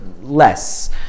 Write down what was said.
less